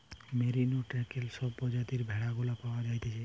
merino, Texel সব প্রজাতির ভেড়া গুলা পাওয়া যাইতেছে